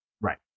Right